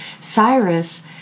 Cyrus